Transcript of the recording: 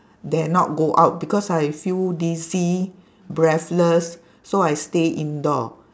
dare not go out because I feel dizzy breathless so I stay indoor